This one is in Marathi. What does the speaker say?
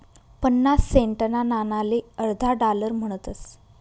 पन्नास सेंटना नाणाले अर्धा डालर म्हणतस